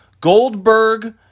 Goldberg